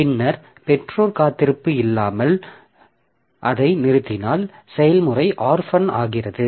பின்னர் பெற்றோர் காத்திருப்பு இல்லாமல் அதை நிறுத்தினால் செயல்முறை ஆர்ஃபன் ஆகிறது